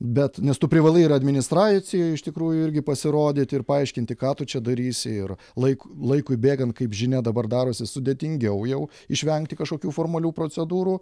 bet nes tu privalai ir administracijoj iš tikrųjų irgi pasirodyti ir paaiškinti ką tu čia darysi ir laik laikui bėgant kaip žinia dabar darosi sudėtingiau jau išvengti kažkokių formalių procedūrų